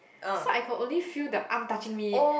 so I could only feel the arm touching me